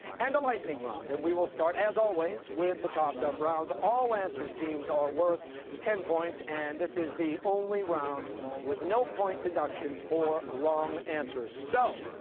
and a lightning round. and we will start, as always, with the toss-up round. all answers, teams, are worth ten points, and this is the only round with no point deductions for wrong answers. so,